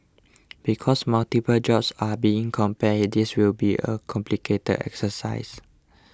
because multiple jobs are being compared this will be a complicated exercise